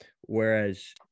whereas